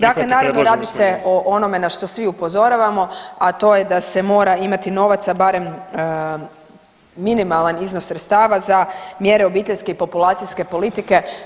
Dakle, radi se o onome na što svi upozoravamo, a to je da se mora imati novaca barem minimalan iznos sredstava za mjere obiteljske i populacijske politike.